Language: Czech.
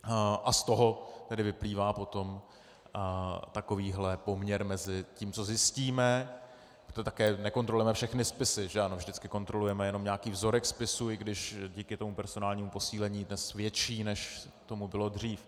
A z toho vyplývá potom takovýhle poměr mezi tím, co zjistíme, to také nekontrolujeme všechny spisy, že ano, vždycky kontrolujeme jenom nějaký vzorek spisů, i když díky tomu personálnímu posílení dnes větší, než tomu bylo dřív.